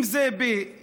אם זה ביפו,